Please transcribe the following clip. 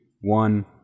one